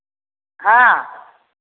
हाँ